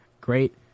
Great